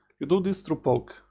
you do this through poke,